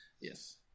Yes